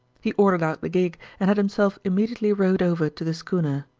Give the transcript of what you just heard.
he ordered out the gig and had himself immediately rowed over to the schooner.